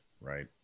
right